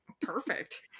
perfect